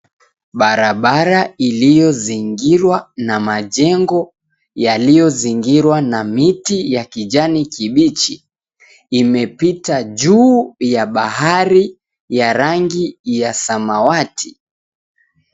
Barabara iliyozingirwa na majengo yaliyozingirwa na miti ya kijani kibichi, imepita juu ya bahari ya rangi ya samawati.